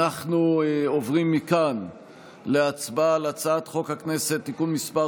אנחנו עוברים מכאן להצבעה על הצעת חוק הכנסת (תיקון מס'